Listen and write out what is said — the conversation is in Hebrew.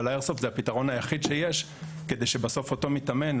אבל האיירסופט זה הפתרון היחיד שיש כדי שבסוף אותו מתאמן,